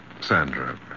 Sandra